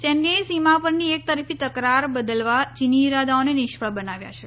સૈન્યએ સીમા પરની એક તરફી તકરાર બદલવા ચીની ઇરાદાઓને નિષ્ફળ બનાવ્યા છે